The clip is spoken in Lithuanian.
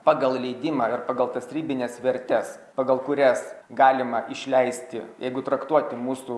pagal leidimą ir pagal tas ribines vertes pagal kurias galima išleisti jeigu traktuoti mūsų